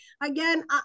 again